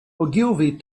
ogilvy